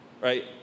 Right